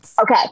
Okay